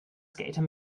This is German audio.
skater